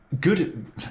good